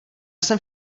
jsem